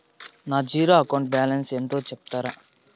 నా zero account balance ఎంతో సెప్తారా?